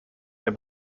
der